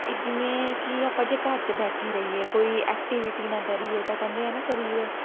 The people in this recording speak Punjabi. ਇਹ ਜਿਵੇਂ ਕਿ ਆਪਾਂ ਜੇ ਘਰ 'ਚ ਬੈਠੇ ਰਹੀਏ ਕੋਈ ਐਕਟੀਵਿਟੀ ਨਾ ਕਰੀਏ ਤਾਂ ਕਹਿੰਦੇ ਆ ਨਾ ਸਰੀਰ